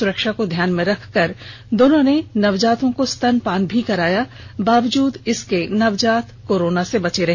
सुरक्षा को ध्यान में रखकर दोनों ने अपने अपने नवजात को स्तनपान भी कराया बावजूद नवजात कोरोना से बचे रहे